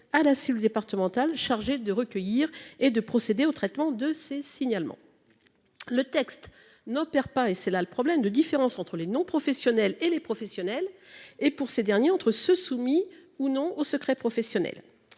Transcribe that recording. à la cellule départementale chargée de recueillir et de procéder au traitement de ces signalements. Le texte n’opère pas de différence entre les non professionnels et les professionnels ni, pour ces derniers, entre ceux qui sont soumis ou non au secret professionnel.